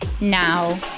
Now